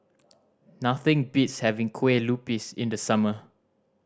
nothing beats having Kueh Lupis in the summer